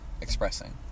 expressing